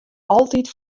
altyd